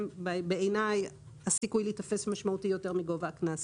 בעיניי הסיכוי להיתפס משמעותי יותר מגובה הקנס.